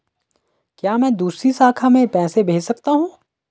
क्या मैं दूसरी शाखा में पैसे भेज सकता हूँ?